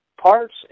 parts